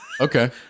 Okay